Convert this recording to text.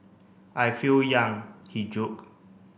I feel young he joke